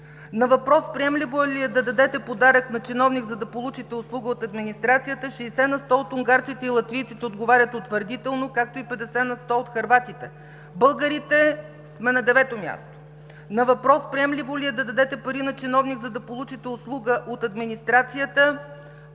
На въпрос: „Приемливо ли е да дадете подарък на чиновник, за да получите услуга от администрацията?“ 60 на сто от унгарците и латвийците отговарят утвърдително, както и 50 на сто от хърватите. Българите сме на девето място. На въпрос: „Приемливо ли е да дадете пари на чиновник, за да получите услуга от администрацията?“